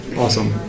Awesome